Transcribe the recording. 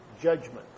judgment